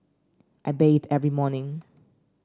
I bathe every morning